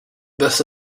this